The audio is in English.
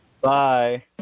Bye